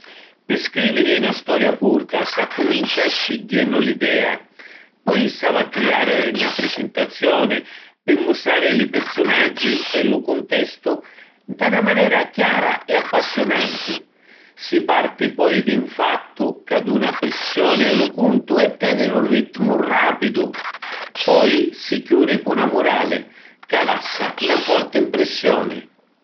Pi scriviri na storia curta, s’accumincia scigghiennu l’idea. Poi s’havi a criari na prisintazioni pi mustrari li pirsunaggi e lu cuntestu nta na manera chiara e appassiunanti. Si parti poi di ‘n fattu ca duna prissioni a lu cuntu e teni lu rittimu rapidu. Poi si chiuri cu na murali ca lassa na forti mprissioni.